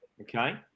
okay